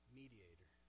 mediator